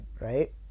right